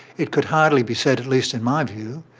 it could hardly be said, at least in my view,